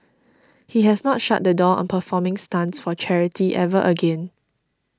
he has not shut the door on performing stunts for charity ever again